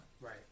right